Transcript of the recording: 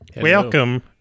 Welcome